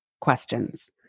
questions